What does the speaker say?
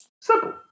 Simple